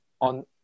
on